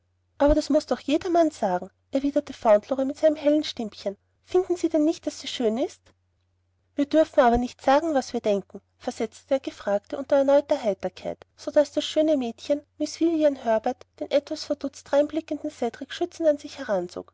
aber das muß doch jedermann sagen erwiderte fauntleroy mit seinem hellen stimmchen finden sie denn nicht daß sie schön ist wir dürfen aber nicht sagen was wir denken versetzte der gefragte unter erneuter heiterkeit so daß das schöne mädchen miß vivian herbert den etwas verdutzt dreinblickenden cedrik schützend zu sich heranzog